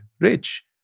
rich